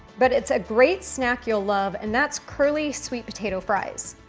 but it's a great snack you'll love. and that's curly sweet potato fries.